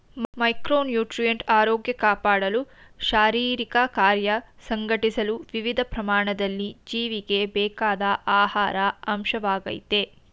micronutrient ಆರೋಗ್ಯ ಕಾಪಾಡಲು ಶಾರೀರಿಕಕಾರ್ಯ ಸಂಘಟಿಸಲು ವಿವಿಧ ಪ್ರಮಾಣದಲ್ಲಿ ಜೀವಿಗೆ ಬೇಕಾದ ಆಹಾರ ಅಂಶವಾಗಯ್ತೆ